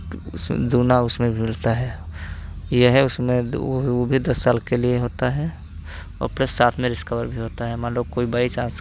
तो उस दुगुना उसमें भी मिलता है यह है उसमें दु वो भी दस साल के लिए होता है और प्लस साथ में रिस्क कवर भी होता है मान लो कोई बाय चांस